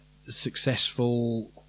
successful